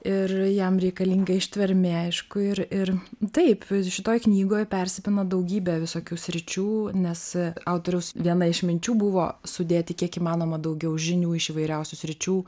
ir jam reikalinga ištvermė aišku ir ir taip šitoj knygoj persipina daugybė visokių sričių nes autoriaus viena iš minčių buvo sudėti kiek įmanoma daugiau žinių iš įvairiausių sričių